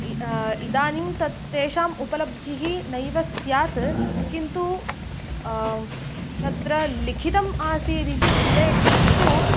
इ इदानीं तत् तेषाम् उपलब्धिः नैव स्यात् किन्तु तत्र लिखितम् आसीदिति उल्लेखस्तु